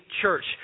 church